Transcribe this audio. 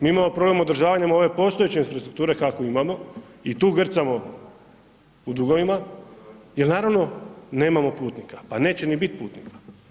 Mi imamo problem održavanja ove postojeće infrastrukture kakvu imamo i tu grcamo u dugovima jel naravno, nemamo putnika, pa neće ni bit putnika.